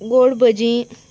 गोड भजी